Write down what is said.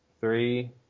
three